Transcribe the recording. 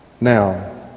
Now